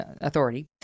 authority